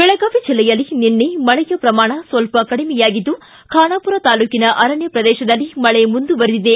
ಬೆಳಗಾವಿ ಜಿಲ್ಲೆಯಲ್ಲಿ ನಿನ್ನೆ ಮಳೆಯ ಪ್ರಮಾಣ ಸ್ವಲ್ಪ ಕಡಿಮೆಯಾಗಿದ್ದು ಖಾನಾಪೂರ ತಾಲೂಕಿನ ಅರಣ್ಯ ಪ್ರದೇಶದಲ್ಲಿ ಮಳೆ ಮುಂದುವರಿದಿದೆ